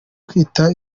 twita